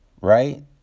right